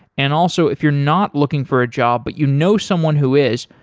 and also if you're not looking for a job but you know someone who is,